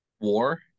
war